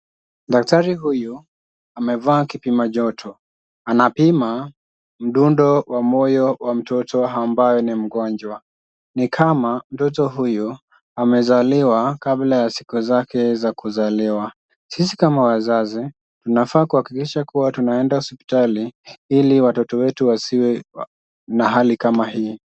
Daktari huyu amevaa kipima joto. Anapima mdundo wa moyo wa mtoto ambayo ni mgonjwa. Ni kama mtoto huyu amezaliwa kabla ya siku zake za kuzaliwa. Sisi kama wazazi, tunafaa kuhakikisha kuwa tunaenda hospitali ili watoto wetu wasiwe na hali kama hii.